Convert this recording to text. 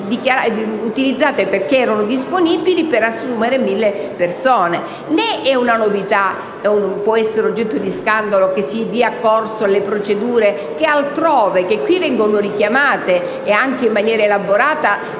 utilizzate perché disponibili per assumere mille persone. Né è una novità o può essere oggetto di scandalo il fatto che si dia corso alle procedure, che qui vengono richiamate in maniera elaborata